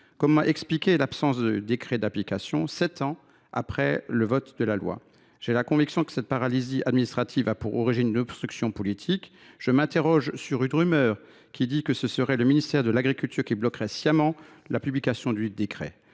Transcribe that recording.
Comment expliquer l’absence de décret d’application, sept ans après le vote de la loi ? J’ai la conviction que cette paralysie administrative a pour origine une obstruction politique. À en croire une rumeur, c’est le ministère de l’agriculture qui bloquerait sciemment la publication de ce décret.